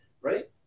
right